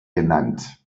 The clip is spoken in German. genannt